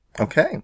Okay